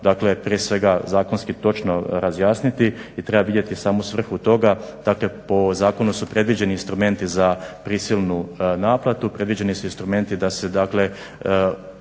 dakle prije svega zakonski točno razjasniti i treba vidjeti samu svrhu toga. Dakle, po zakonu su predviđeni instrumenti za prisilnu naplatu, predviđeni su instrumenti da se dakle